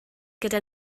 gyda